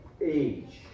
age